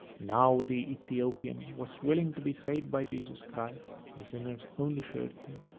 now the ethiopian was willing to be saved by jesus christ, the sinner's only surety,